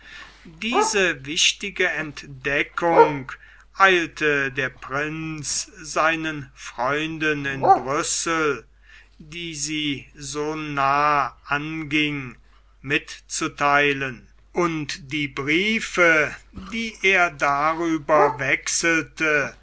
diese wichtige entdeckung eilte der prinz seinen freunden in brüssel die sie so nahe anging mitzutheilen und die briefe die er darüber wechselte